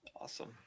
Awesome